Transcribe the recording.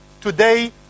Today